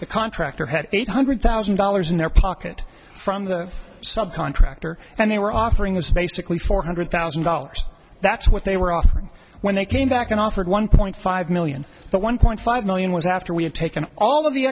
the contractor had eight hundred thousand dollars in their pocket from the sub contractor and they were offering was basically four hundred thousand dollars that's what they were offering when they came back and offered one point five million one point five million was after we have taken all of the